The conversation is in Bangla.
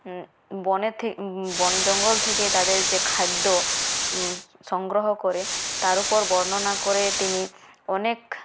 বনে থেকে বন জঙ্গল থেকে তাদের যে খাদ্য সংগ্রহ করে তার ওপর বর্ণনা করে তিনি অনেক